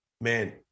man